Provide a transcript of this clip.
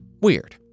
Weird